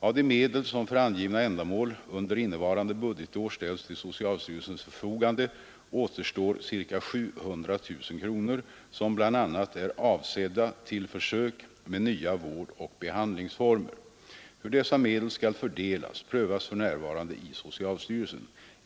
Av de medel som för angivna ändamål under innevarande budgetår ställts till socialstyrelsens förfogande återstår ca 700 000 kronor, som bl.a. är avsedda till försök med nya vårdoch behandlingsformer. Hur dessa medel skall fördelas prövas för närvarande i socialstyrelsen.